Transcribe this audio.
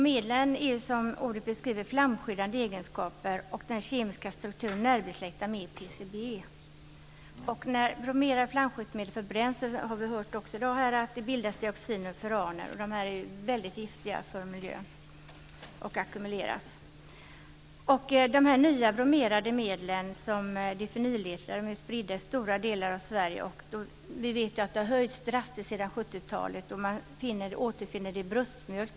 Medlen har som ordet beskriver flamskyddande egenskaper, och den kemiska strukturen är närbesläktad med PCB. När bromerade flamskyddsmedel förbränns bildas, som vi också har hört här i dag, dioxiner och freoner. De är mycket giftiga för miljön och ackumuleras. De nya bromerade medlen, difenyletrar, är spridda i stora delar av Sverige. Vi vet att halterna har höjts drastiskt sedan 70-talet. De återfinns i bröstmjölk.